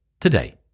today